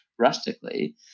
rustically